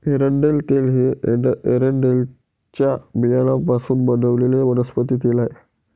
एरंडेल तेल हे एरंडेलच्या बियांपासून बनवलेले वनस्पती तेल आहे